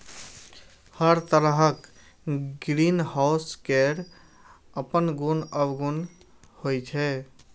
हर तरहक ग्रीनहाउस केर अपन गुण अवगुण होइ छै